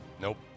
Nope